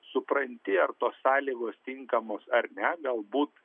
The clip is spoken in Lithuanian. supranti ar tos sąlygos tinkamos ar ne galbūt